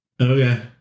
Okay